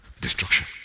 destruction